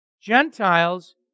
Gentiles